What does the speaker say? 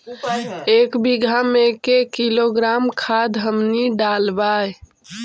एक बीघा मे के किलोग्राम खाद हमनि डालबाय?